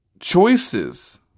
choices